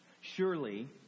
surely